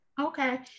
Okay